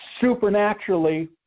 supernaturally